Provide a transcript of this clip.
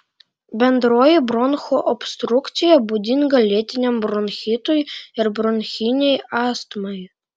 bendroji bronchų obstrukcija būdinga lėtiniam bronchitui ir bronchinei astmai